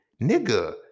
nigga